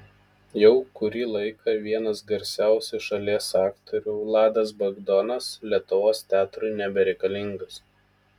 jau kurį laiką vienas garsiausių šalies aktorių vladas bagdonas lietuvos teatrui nebereikalingas